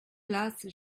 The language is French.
place